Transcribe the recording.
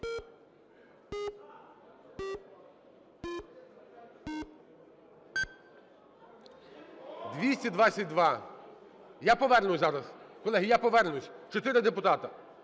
За-222 Я повернусь зараз. Колеги, я повернусь, чотири депутати.